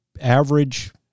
average